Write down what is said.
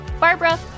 Barbara